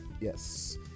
yes